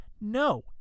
no